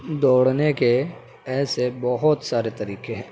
دوڑنے کے ایسے بہت سارے طریقے ہیں